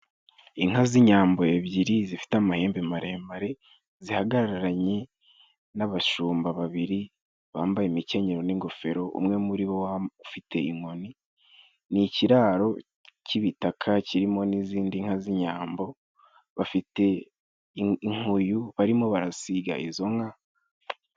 Inka z’inyambo ebyiri, zifite amahembe maremare, zihagararanye n’abashumba babiri, bambaye imikenyero n’ingofero. Umwe muri bo ufite inkoni. N'ikiraro cy’ibitaka, kirimo n’izindi nka z’inyambo, bafite inkuyu, barimo barasiga izo nka.